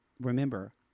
Remember